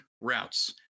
routes